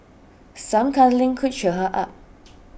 some cuddling could cheer her up